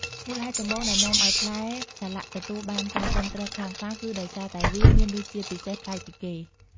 មូលហេតុចម្បងដែលនាំឱ្យផ្លែសាឡាក់ទទួលបានការគាំទ្រខ្លាំងក្លា គឺដោយសារតែវាមានរសជាតិពិសេស ប្លែកពីគេ។